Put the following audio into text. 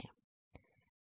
ठीक है